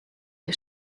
der